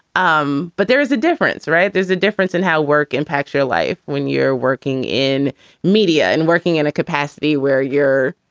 um but there is a difference, right? there's a difference in how work impacts your life when you're working in media and working in a capacity where you're,